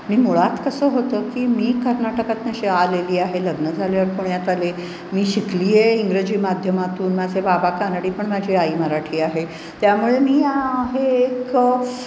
मी मुळात कसं होतं की मी कर्नाटकातनं अशी आलेली आहे लग्न झाल्यावर पुण्यात आले मी शिकले आहे इंग्रजी माध्यमातून माझे बाबा कानडी पण माझी आई मराठी आहे त्यामुळे मी एक